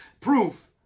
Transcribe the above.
proof